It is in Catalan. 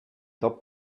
tot